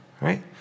right